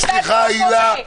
סליחה, הילה.